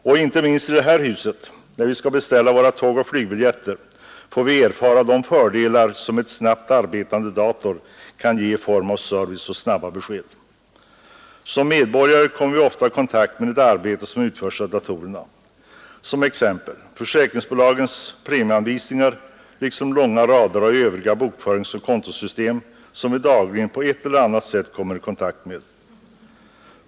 Även när vi inom det här huset skall beställa våra tågoch flygbiljetter får vi erfara de fördelar som en snabbt arbetande dator kan ge i form av service och snabba besked. Som medborgare kommer vi ofta i kontakt med det arbete som utförs av datorerna, t.ex. försäkringsbolagens premieanvisningar liksom långa rader av övriga bokföringsoch kontosystem, som vi dagligen på ett eller annat sätt berörs av.